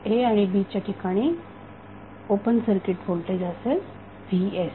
a आणि b च्या ठिकाणी ओपन सर्किट व्होल्टेज असेल vs